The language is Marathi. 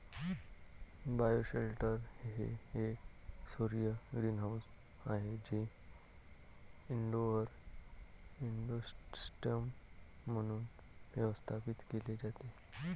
बायोशेल्टर हे एक सौर ग्रीनहाऊस आहे जे इनडोअर इकोसिस्टम म्हणून व्यवस्थापित केले जाते